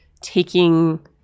taking